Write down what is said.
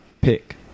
pick